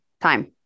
time